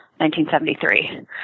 1973